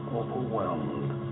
overwhelmed